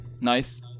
Nice